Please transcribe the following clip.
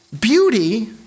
beauty